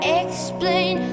explain